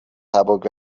سبک